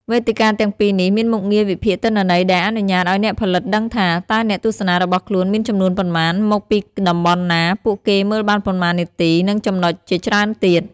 វេទិកាទាំងពីរនេះមានមុខងារវិភាគទិន្នន័យដែលអនុញ្ញាតឱ្យអ្នកផលិតដឹងថា តើអ្នកទស្សនារបស់ខ្លួនមានចំនួនប៉ុន្មាន មកពីតំបន់ណា ពួកគេមើលបានប៉ុន្មាននាទី និងចំណុចជាច្រើនទៀត។